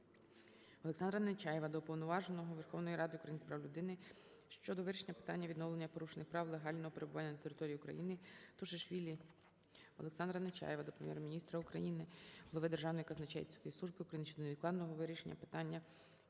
Олександра Нечаєва до Уповноваженого Верховної Ради України з прав людини щодо вирішення питання відновлення порушених прав легального перебування на території УкраїниТушишвілі Г.В. Олександра Нечаєва до Прем'єр-міністра України, голови Державної казначейської служби України щодо невідкладного вирішення питання